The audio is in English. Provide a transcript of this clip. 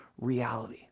reality